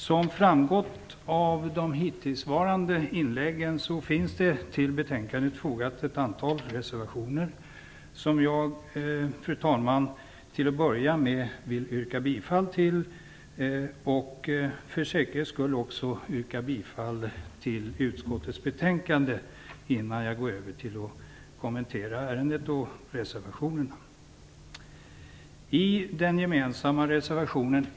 Som framgått av de tidigare inläggen finns till betänkandet fogat ett antal reservationer som jag till att börja med vill yrka avslag på. För säkerhets skull vill jag redan nu yrka bifall till utskottets betänkande, innan jag övergår till att kommentera själva ärendet och reservationerna. I reservation nr.